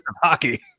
Hockey